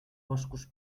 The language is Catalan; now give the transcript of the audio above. boscos